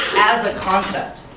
as a concept?